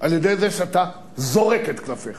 על-ידי זה שאתה זורק את קלפיך.